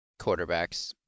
quarterbacks